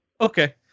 okay